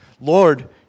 Lord